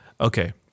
Okay